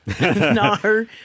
No